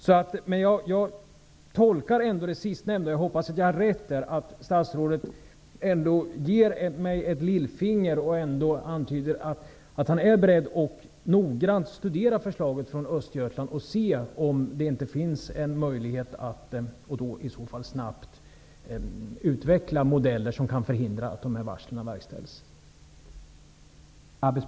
Jag tolkar det som statsrådet sade senast så att statsrådet gav mig ett lillfinger genom att antyda att han är beredd att noggrant studera förslaget från Östergötland och se om det inte finns en möjlighet att -- i så fall snabbt -- utveckla modeller som kan förhindra att de här varslen verkställs.